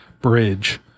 bridge